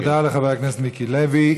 תודה לחבר הכנסת מיקי לוי.